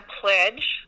pledge